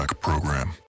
program